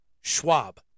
Schwab